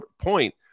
point